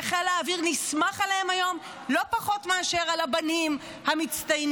שחיל האוויר נסמך עליהן היום לא פחות מאשר על הבנים המצטיינים.